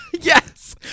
Yes